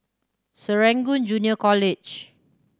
Serangoon Junior College